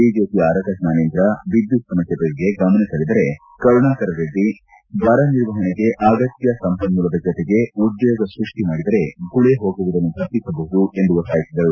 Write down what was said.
ಬಿಜೆಪಿಯ ಆರಗ ಜ್ವಾನೇಂದ್ರ ವಿದ್ಯುತ್ ಸಮಸ್ಕೆ ಬಗೆಗೆ ಗಮನ ಸೆಳೆದರೆ ಕರುಣಾಕರ ರೆಡ್ಡಿ ಬರ ನಿರ್ವಹಣೆಗೆ ಮಾಡಲು ಅಗತ್ಯ ಸಂಪನ್ಮೂಲದ ಜೊತೆಗೆ ಉದ್ಯೋಗ ಸೃಷ್ಠಿ ಮಾಡಿ ಗುಳೆ ಹೋಗುವುದನ್ನು ತಪ್ಪಿಸಬೇಕೆಂದು ಒತ್ತಾಯಿಸಿದರು